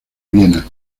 viena